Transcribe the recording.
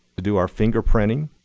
to do our fingerprinting.